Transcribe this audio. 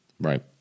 Right